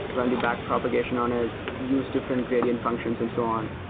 run the back propagation on it. use different gradient functions and so on.